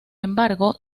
embargo